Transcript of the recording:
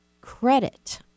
credit